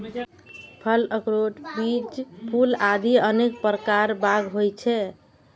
फल, अखरोट, बीज, फूल आदि अनेक प्रकार बाग होइ छै